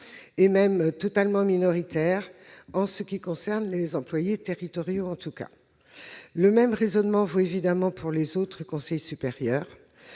voire totalement minoritaires, en ce qui concerne les employés en tout cas. Le même raisonnement vaut évidemment pour les autres conseils supérieurs.